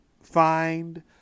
find